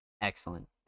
Excellent